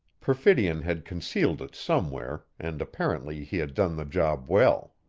perfidion had concealed it somewhere, and apparently he had done the job well.